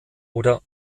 oder